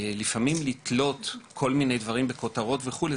לפעמים לתלות כל מיני דברים בכותרות וכולה,